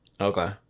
okay